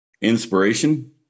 inspiration